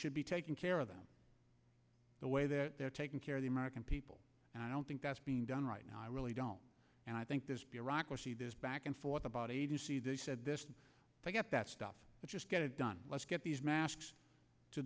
should be taking care of them the way that they're taking care of the american people and i don't think that's being done right now i really don't and i think this bureaucracy this back and forth about agency they said this forget that stuff but just get it done let's get these masks to